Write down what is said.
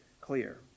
clear